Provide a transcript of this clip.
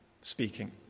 speaking